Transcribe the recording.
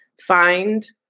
find